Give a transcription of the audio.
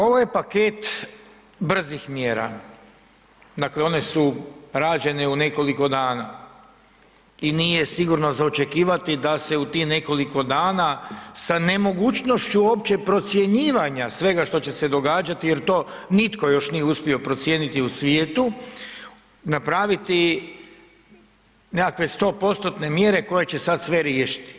Ovo je paket brzih mjera, dakle one su rađene u nekoliko dana i nije sigurno za očekivati da se u tih nekoliko dana sa nemogućnošću uopće procjenjivanja svega što će se događati jer to nitko još nije uspio procijeniti u svijetu, napraviti nekakve 100%-ne mjere koje će sada sve riješiti.